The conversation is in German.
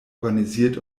organisiert